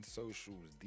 socials